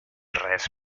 res